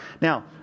Now